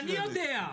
אני יודע.